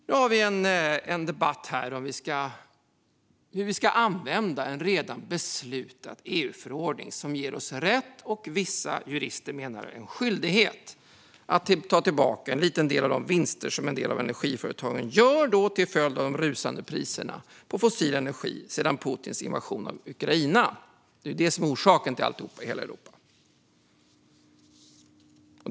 Nu har vi en debatt om hur vi ska använda en redan beslutad EU-förordning som ger oss rätt, och enligt vissa jurister en skyldighet, att ta tillbaka en liten del av de vinster som en del av energiföretagen gör till följd av de rusande priserna på fossil energi sedan Putins invasion av Ukraina. Det är detta som är orsaken till alltihop i hela Europa.